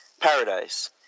paradise